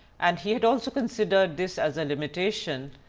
and he had also considered this as a limitation,